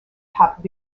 topped